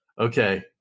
Okay